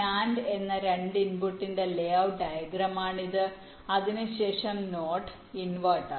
NAND എന്ന രണ്ട് ഇൻപുട്ടിന്റെ ലേഔട്ട് ഡയഗ്രമാണ് ഇത് അതിനുശേഷം NOT ഇൻവെർട്ടർ